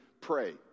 pray